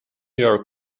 york